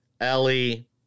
Ellie